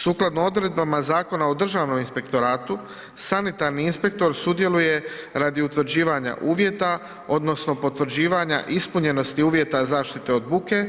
Sukladno odredbama Zakona o državnom inspektoratu, sanitarni inspektor sudjeluje radi utvrđivanja uvjeta odnosno potvrđivanja ispunjenosti uvjeta zaštite od buke